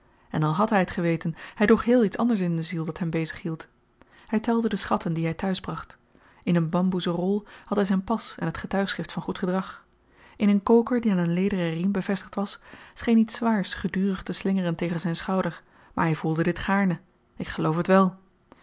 en al had hy t geweten hy droeg heel iets anders in de ziel dat hem bezig hield hy telde de schatten die hy t'huisbracht in een bamboezen rol had hy zyn pas en t getuigschrift van goed gedrag in een koker die aan een lederen riem bevestigd was scheen iets zwaars gedurig te slingeren tegen zyn schouder maar hy voelde dit gaarne ik geloof t wèl